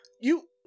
you-